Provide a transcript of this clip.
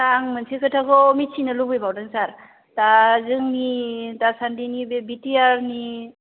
दा आं मोनसे खोथाखौ मोनथिनो लुबैबावदों सार दा जोंनि दासान्दिनि बे बिटिआरनि